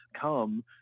come